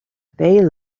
they